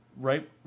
right